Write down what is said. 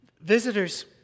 Visitors